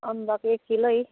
अम्बक एक किलै